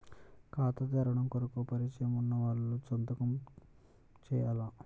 ఖాతా తెరవడం కొరకు పరిచయము వున్నవాళ్లు సంతకము చేయాలా?